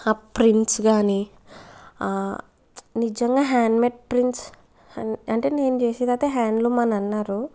ఆ ప్రింట్స్ కాని నిజంగా హ్యాండ్ మేడ్ ప్రింట్స్ అంటే నేను చేసేదైతే హ్యాండ్లూమ్ అని అన్నారు